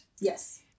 Yes